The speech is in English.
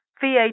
VAT